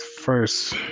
first